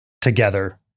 together